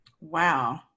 Wow